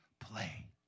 play